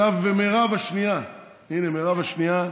שנייה, רגע, עכשיו מירב השנייה, הינה מירב השנייה,